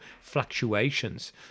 fluctuations